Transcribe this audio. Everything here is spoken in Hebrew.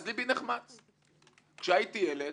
כשהייתי ילד